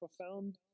profound